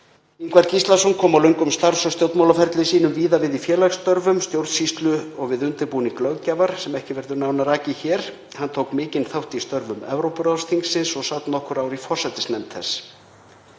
Ingvar Gíslason kom á löngum starfs- og stjórnmálaferli sínum víða við í félagsstörfum, stjórnsýslu og við undirbúning löggjafar sem ekki verður nánar rakið hér. Hann tók mikinn þátt í störfum Evrópuráðsþingsins og sat nokkur ár í forsætisnefnd þess.